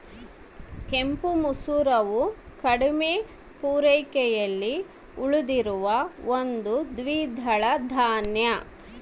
ಕೆಂಪು ಮಸೂರವು ಕಡಿಮೆ ಪೂರೈಕೆಯಲ್ಲಿ ಉಳಿದಿರುವ ಒಂದು ದ್ವಿದಳ ಧಾನ್ಯ